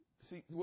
See